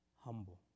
Humble